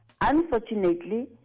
Unfortunately